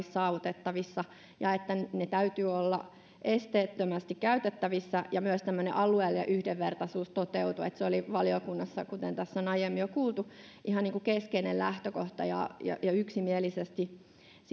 saavutettavissa ja että niiden täytyy olla esteettömästi käytettävissä ja myös tämmöinen alueellinen yhdenvertaisuus toteutuu se oli valiokunnassa kuten tässä on aiemmin jo kuultu ihan keskeinen lähtökohta ja ja yksimielisesti